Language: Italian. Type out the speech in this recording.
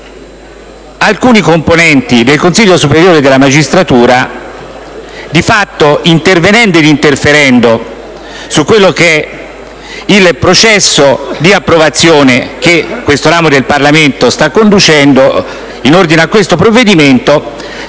alcuni componenti del Consiglio superiore della magistratura, di fatto intervenendo e interferendo sul processo di approvazione che questo ramo del Parlamento sta conducendo in ordine al provvedimento